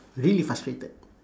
really frustrated